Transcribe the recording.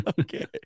okay